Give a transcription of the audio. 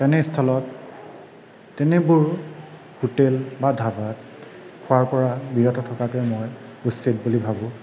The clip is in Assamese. তেনেস্থলত তেনেবোৰ হোটেল বা ধাবাত খোৱাৰ পৰা বিৰত থকাটোৱেই মই উচিত বুলি ভাৱো